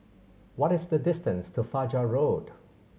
what is the distance to Fajar Road